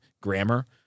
grammar